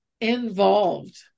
involved